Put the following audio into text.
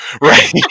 right